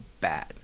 bad